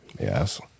Yes